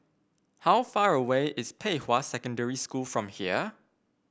how far away is Pei Hwa Secondary School from here